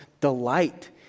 delight